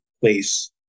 place